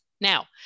Now